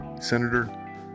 Senator